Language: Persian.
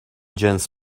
جنس